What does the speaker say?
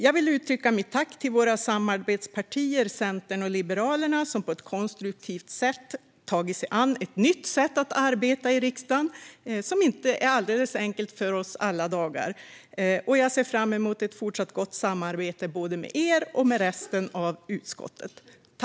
Jag vill uttrycka mitt tack till våra samarbetspartier, Centern och Liberalerna, som på ett konstruktivt sätt tagit sig an ett nytt sätt att arbeta i riksdagen som inte är alldeles enkelt alla dagar. Jag ser fram emot fortsatt gott samarbete både med er och med resten av utskottet.